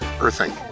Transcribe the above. earthing